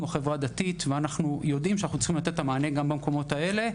החברה הדתית ואנחנו יודעים שצריכים לתת את המענה גם במקומות האלה.